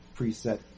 preset